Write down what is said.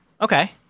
Okay